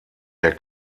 der